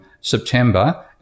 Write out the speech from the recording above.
September